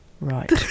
Right